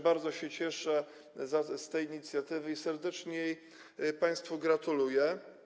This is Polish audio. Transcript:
Bardzo cieszę się z tej inicjatywy i serdecznie jej państwu gratuluję.